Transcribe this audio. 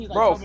Bro